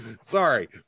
Sorry